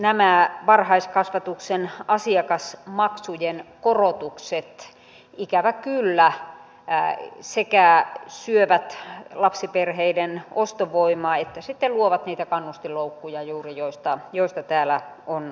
nämä varhaiskasvatuksen asiakasmaksujen korotukset ikävä kyllä sekä syövät lapsiperheiden ostovoimaa että luovat juuri niitä kannustinloukkuja joista täällä on ansiokkaasti puhuttu